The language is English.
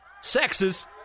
Sexes